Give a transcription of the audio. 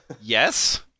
Yes